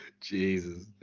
Jesus